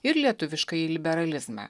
ir lietuviškąjį liberalizmą